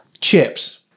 chips